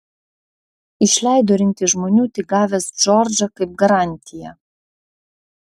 išleido rinkti žmonių tik gavęs džordžą kaip garantiją